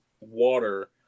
water